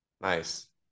Nice